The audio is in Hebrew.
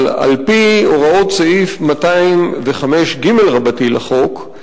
אבל על-פי הוראות סעיף 205ג לחוק,